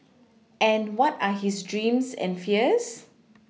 and what are his dreams and fears